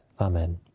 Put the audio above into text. Amen